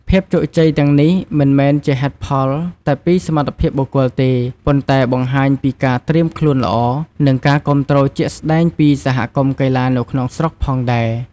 ភាពជោគជ័យទាំងនេះមិនមែនជាហេតុផលតែពីសមត្ថភាពបុគ្គលទេ ប៉ុន្តែបង្ហាញពីការត្រៀមខ្លួនល្អ និងការគាំទ្រជាក់ស្តែងពីសហគមន៍កីឡានៅក្នុងស្រុកផងដែរ។